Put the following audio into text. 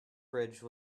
bridge